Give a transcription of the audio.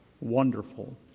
Wonderful